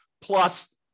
plus